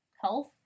Health